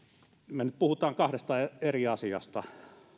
me nyt puhumme kahdesta eri asiasta